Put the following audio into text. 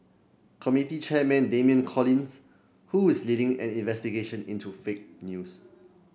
committee chairman Damian Collins who is leading an investigation into fake news